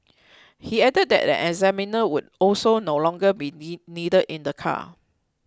he added that an examiner would also no longer be needed in the car